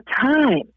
time